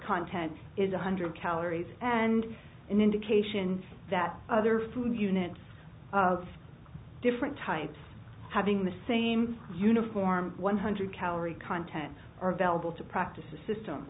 content is one hundred calories and an indication that other food units of different types having the same uniform one hundred calorie content are available to practice a system